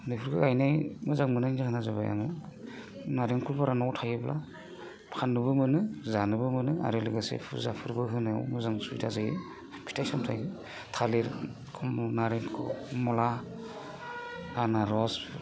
बेफोरखौ गायनो मोजां मोननायनि जाहोना जाबाय आङो नारेंखलफोरा न'आव थायोब्ला फाननोबो मोनो जानोबो मोनो आरो लोगोसे फुजाफोरबो होनायाव मोजां सुबिदा जायो फिथाइ सामथाइ थालिर नारें खमला आनारस